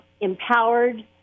empowered